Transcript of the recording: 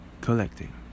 collecting